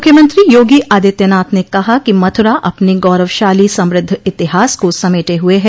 मुख्यमंत्री योगी आदित्यनाथ ने कहा कि मथुरा अपने गौरवशाली समृद्ध इतिहास को समेटे हुए हैं